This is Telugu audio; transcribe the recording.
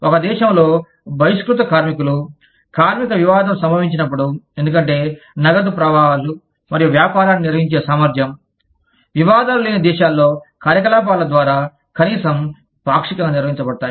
ఒక దేశంలో బహిష్కృత కార్మికులు కార్మిక వివాదం సంభవించినప్పుడు ఎందుకంటే నగదు ప్రవాహాలు మరియు వ్యాపారాన్ని నిర్వహించే సామర్థ్యం వివాదాలు లేని దేశాలలో కార్యకలాపాల ద్వారా కనీసం పాక్షికంగా నిర్వహించబడతాయి